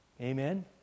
Amen